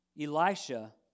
Elisha